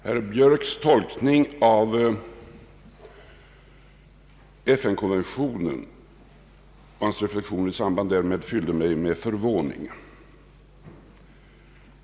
Herr Björks reflexioner i samband med tolkningen av FN-konventionen fyller mig med förvåning.